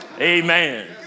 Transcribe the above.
amen